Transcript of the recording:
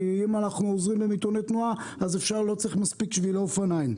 כי אם אנחנו עוזרים למיתוני תנועה אז לא צריך מספיק שבילי אופניים.